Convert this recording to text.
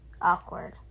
Awkward